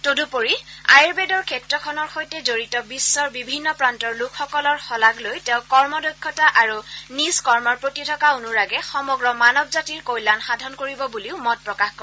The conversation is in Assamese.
তদুপৰি আয়ূৰ্বেদৰ ক্ষেত্ৰখনৰ সৈতে জড়িত বিশ্বৰ বিভিন্ন প্ৰান্তৰ লোকসকলৰ শলাগ লৈ তেওঁ কৰ্ম দক্ষতা আৰু নিজ কৰ্মৰ প্ৰতি থকা অনুৰাগে সমগ্ৰ মানৱ জাতিৰ কল্যাণ সাধন কৰিব বুলিও মত প্ৰকাশ কৰে